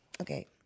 Okay